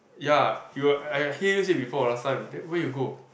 ya you I hear you say before last time that where you go